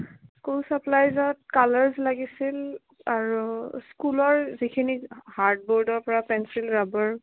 school চাপ্লাইজত colours লাগিছিল আৰু স্কুলৰ যিখিনি হাৰ্ড বৰ্ডৰপৰা পেঞ্চিল ৰাবাৰ